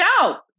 out